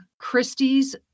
Christie's